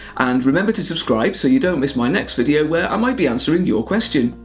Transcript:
and remember to subscribe so you don't miss my next video, where i might be answering your question.